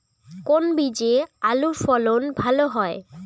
কোন বীজে আলুর ফলন ভালো হয়?